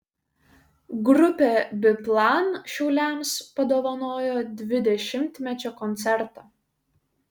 grupė biplan šiauliams padovanojo dvidešimtmečio koncertą